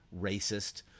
racist